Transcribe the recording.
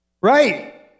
Right